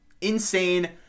insane